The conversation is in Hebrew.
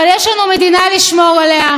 אבל יש לנו מדינה לשמור עליה,